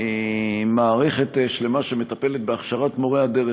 מערכת שלמה שמטפלת בהכשרת מורי הדרך,